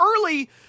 early